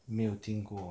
没有听过